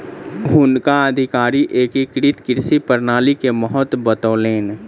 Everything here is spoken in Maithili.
हुनका अधिकारी एकीकृत कृषि प्रणाली के महत्त्व बतौलैन